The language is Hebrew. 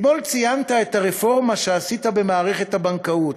אתמול ציינת את הרפורמה שעשית במערכת הבנקאות.